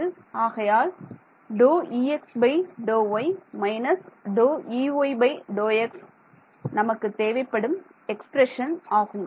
ஆகையால் ∂Ex∂y − ∂Ey∂x நமக்குத் தேவைப்படும் எக்ஸ்பிரஷன் ஆகும்